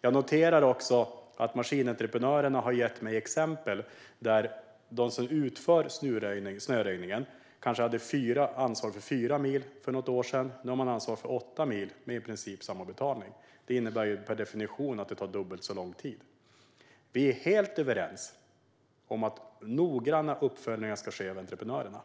Jag noterar också att maskinentreprenörerna har gett mig exempel där de som utför snöröjningen kanske hade ansvar för fyra mil för något år sedan men nu i stället har ansvar för åtta mil, med i princip samma betalning. Det innebär per definition att det tar dubbelt så lång tid. Vi är helt överens om att noggranna uppföljningar av entreprenörerna